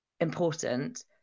important